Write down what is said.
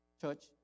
Church